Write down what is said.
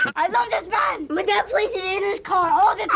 i love this band! my dad plays it in his car all